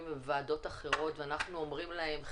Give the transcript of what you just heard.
או בוועדות אחרות ואנחנו אומרים להם 'חבר'ה,